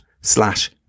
slash